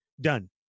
Done